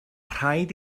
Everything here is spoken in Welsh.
rhaid